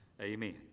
Amen